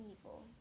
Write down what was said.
Evil